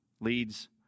leads